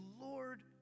Lord